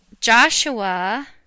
Joshua